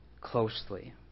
closely